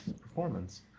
performance